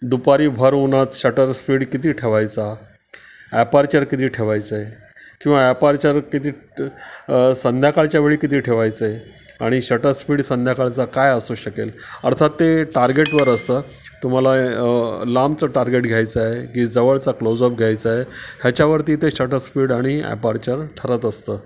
दुपारी भर उन्हात शटर स्पीड किती ठेवायचा ॲपारचर किती ठेवायचं आहे किंवा ॲपारचर किती संध्याकाळच्या वेळी किती ठेवायचं आहे आणि शटर स्पीड संध्याकाळचा काय असू शकेल अर्थात ते टार्गेटवर असतं तुम्हाला लांबचं टार्गेट घ्यायचं आहे की जवळचा क्लोजअप घ्यायचा आहे ह्याच्यावरती ते शटर स्पीड आणि ॲपारचर ठरत असतं